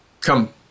Come